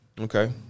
Okay